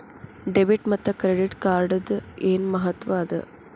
Debit ಮತ್ತ credit ಕಾರ್ಡದ್ ಏನ್ ಮಹತ್ವ ಅದ?